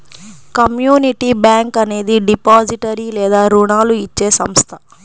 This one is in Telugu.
కమ్యూనిటీ బ్యాంక్ అనేది డిపాజిటరీ లేదా రుణాలు ఇచ్చే సంస్థ